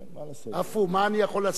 מה לעשות, עפו, מה אני יכול לעשות?